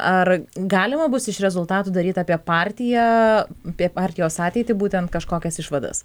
ar galima bus iš rezultatų daryti apie partiją bei partijos ateitį būtent kažkokias išvadas